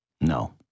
No